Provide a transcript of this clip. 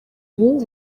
ubu